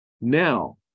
Now